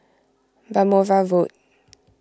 Balmoral Road